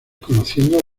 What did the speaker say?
conociendo